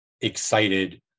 excited